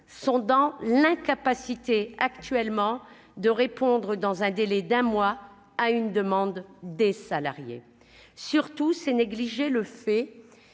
sont dans l'incapacité actuellement de répondre dans un délai d'un mois à une demande des salariés surtout c'est négliger le fait